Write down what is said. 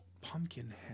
Pumpkinhead